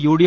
F U